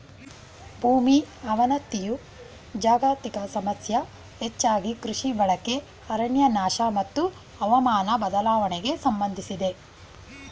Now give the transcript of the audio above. ಭೂಮಿ ಅವನತಿಯು ಜಾಗತಿಕ ಸಮಸ್ಯೆ ಹೆಚ್ಚಾಗಿ ಕೃಷಿ ಬಳಕೆ ಅರಣ್ಯನಾಶ ಮತ್ತು ಹವಾಮಾನ ಬದಲಾವಣೆಗೆ ಸಂಬಂಧಿಸಿದೆ